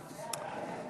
להתחיל.